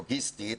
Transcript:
לוגיסטית,